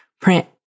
print